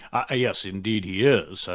ah yes, indeed he is. so